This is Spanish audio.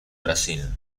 brasil